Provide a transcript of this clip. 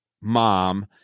mom